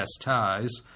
ties